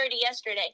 yesterday